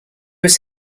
was